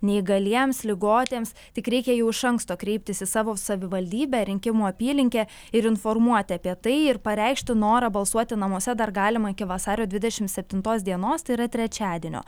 neįgaliems ligotiems tik reikia jau iš anksto kreiptis į savo savivaldybę rinkimų apylinkę ir informuoti apie tai ir pareikšti norą balsuoti namuose dar galima iki vasario dvidešimt septintos dienos tai yra trečiadienio